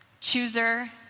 chooser